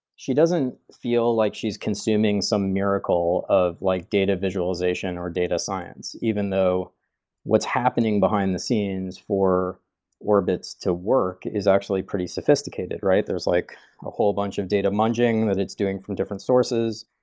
she doesn't feel like she's consuming some miracle of like data visualization or data science, even though what's happening behind the scenes for orbitz to work is actually pretty sophisticated, right? there's like a whole bunch of data munging that it's doing from different sources.